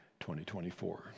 2024